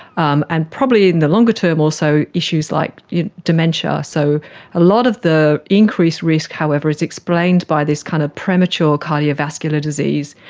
um and probably in the longer term also issues like you know dementia. so a lot of the increased risk however is explained by this kind of premature cardiovascular disease,